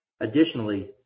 Additionally